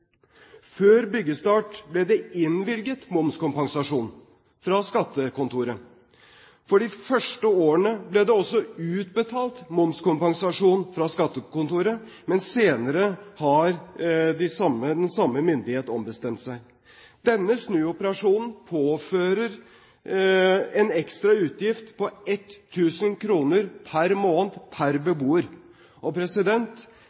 Før byggestart ble det innvilget momskompensasjon fra skattekontoret. For de første årene ble det også utbetalt momskompensasjon fra skattekontoret, men senere har den samme myndighet ombestemt seg. Denne snuoperasjonen fører til en ekstra utgift på 1 000 kr per måned per